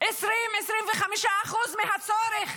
25% 20% מהצורך.